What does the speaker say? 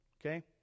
okay